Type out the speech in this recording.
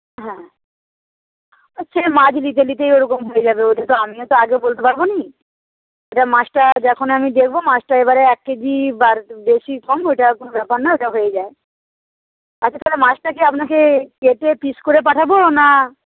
হ্যাঁ সে মাছ দিতে দিতেই ওরকম হয়ে যাবে ওটা তো আমি তো আগে বলতে পারব না ওটা মাছটা যখন আমি দেখবো মাছটা এবারে এক কেজি বেশি কম ওটা কোন ব্যাপার না ওটা হয়ে যায় আচ্ছা তাহলে মাছটা কি আপনাকে কেটে পিস করে পাঠাবো না